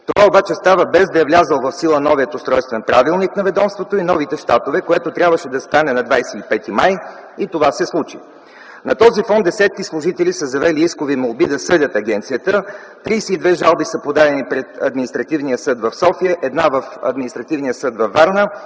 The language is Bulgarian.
Това обаче става без да е влязъл в сила новият устройствен правилник на ведомството и новите щатове, което трябваше да стане на 25 май и това се случи. На този фон десетки служители са завели искови молби да съдят агенцията, 32 жалби са подадени пред Административния съд в София, 1 – в Административния съд във Варна